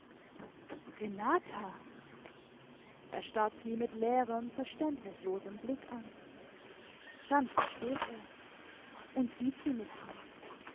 renata er starrt sie mit leerem verständnislosem blick an dann versteht er und sieht sie nicht mehr